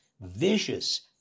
vicious